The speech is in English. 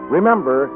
Remember